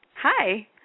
Hi